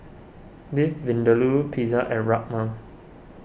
Beef Vindaloo Pizza and Rajma